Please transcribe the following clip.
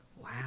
wow